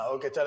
Okay